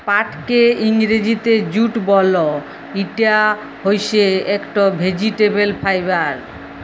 পাটকে ইংরজিতে জুট বল, ইটা হইসে একট ভেজিটেবল ফাইবার